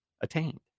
attained